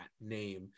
name